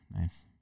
Nice